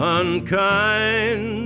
unkind